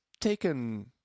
taken